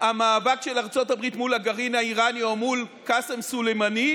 המאבק של ארצות הברית מול הגרעין האיראני או מול קאסם סולימאני?